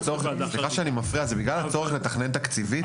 סליחה שאני מפריע, זה בגלל הצורך לתכנן תקציבית?